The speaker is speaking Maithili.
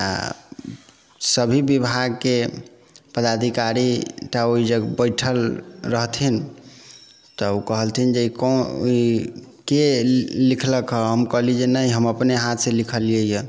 सभी विभागके पदाधिकारी एकटा ओही जगह बैठल रहथिन तऽ ओ कहलथिन जे ई कोन ई के लिखलकए हम कहलियै नहि हम अपने हाथसँ लिखलियैए